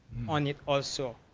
on it also,